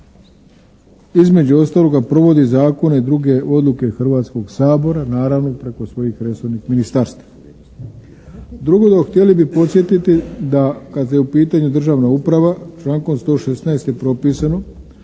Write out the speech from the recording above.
između ostaloga provodi zakone, druge odluke Hrvatskog sabora naravno preko svojim resornih ministarstava. Drugo, htjeli bi podsjetiti da kada je u pitanju državna uprava člankom 116. je propisano